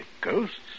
ghosts